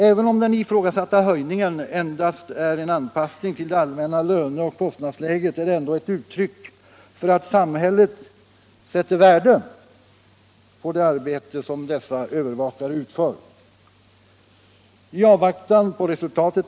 Även om den ifrågasatta höjningen endast är en anpassning till det allmänna löneoch kostnadsläget, är den ändå ett uttryck för att samhället sätter värde på det arbete som dessa övervakare utför.